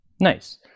Nice